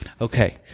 Okay